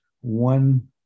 one